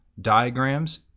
diagrams